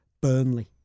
Burnley